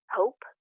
hope